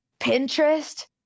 Pinterest